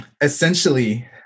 essentially